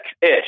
Ish